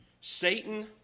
Satan